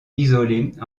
isolées